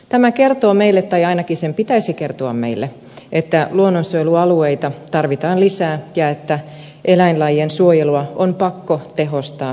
tämä kertoo meille tai ainakin sen pitäisi kertoa meille että luonnonsuojelualueita tarvitaan lisää ja että eläinlajien suojelua on pakko tehostaa kaikin keinoin